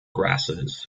grasses